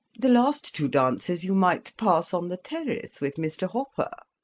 the last two dances you might pass on the terrace with mr. hopper.